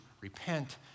repent